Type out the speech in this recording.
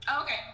Okay